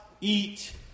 eat